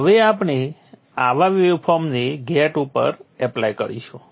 હવે આપણે આવા વેવફોર્મને ગેટ ઉપર એપ્લાય કરીશું